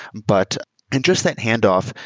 but and just that handoff,